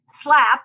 SLAP